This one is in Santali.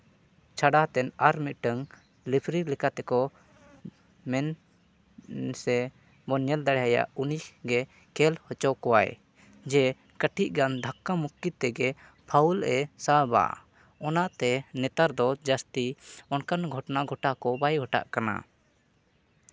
ᱪᱷᱟᱰᱟᱛᱮ ᱟᱨ ᱢᱤᱫᱴᱟᱹᱝ ᱨᱮᱯᱷᱨᱤ ᱞᱮᱠᱟ ᱛᱮᱠᱚ ᱢᱮᱱ ᱥᱮ ᱵᱚᱱ ᱧᱮᱞ ᱫᱟᱲᱮ ᱟᱭᱟ ᱩᱱᱤ ᱜᱮ ᱠᱷᱮᱞ ᱦᱚᱪᱚ ᱠᱚᱣᱟᱭ ᱡᱮ ᱠᱟᱹᱴᱤᱡ ᱜᱟᱱ ᱫᱷᱟᱠᱠᱟ ᱢᱚᱠᱠᱤ ᱛᱮᱜᱮ ᱯᱷᱟᱣᱩᱞᱮ ᱥᱟᱵᱟ ᱚᱱᱟᱛᱮ ᱱᱮᱛᱟᱨ ᱫᱚ ᱡᱟᱹᱥᱛᱤ ᱚᱱᱠᱟᱱ ᱜᱷᱚᱴᱚᱱᱟ ᱜᱷᱚᱴᱟᱣ ᱠᱚ ᱵᱟᱭ ᱜᱷᱚᱴᱟᱜ ᱠᱟᱱᱟ